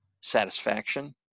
satisfaction